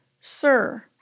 Sir